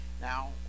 now